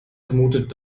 vermutet